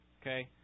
Okay